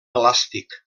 elàstic